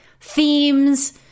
themes